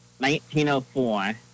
1904